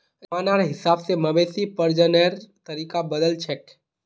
जमानार हिसाब से मवेशी प्रजननेर तरीका बदलछेक